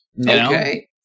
Okay